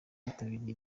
abitabiriye